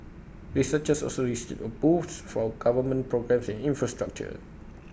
researchers also received A boost from government programmes infrastructure